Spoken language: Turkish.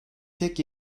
tek